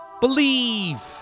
Believe